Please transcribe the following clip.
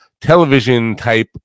television-type